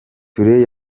touré